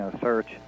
search